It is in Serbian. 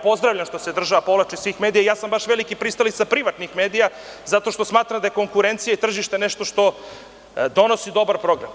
Pozdravljam što se država povlači iz svih medija i veliki sam pristalica privatnih medija zato što smatram da je konkurencija i tržište nešto što donosi dobar program.